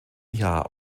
jahr